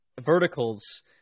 verticals